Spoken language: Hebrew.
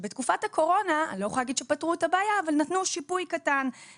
בתקופת הקורונה אני לא יכולה להגיד שפתרו את הבעיה אבל נתנו שיפוי קטן,